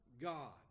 God